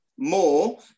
More